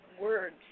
words